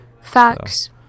Facts